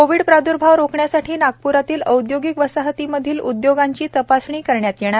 Covid प्राद्र्भाव रोखण्यासाठी नागप्रातील औद्योगिक वसाहतीमधील उदयोगांची तपासणी करण्यात येणार